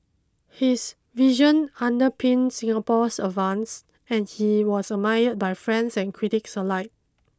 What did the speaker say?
his vision underpinned Singapore's advances and he was admired by friends and critics alike